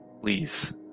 please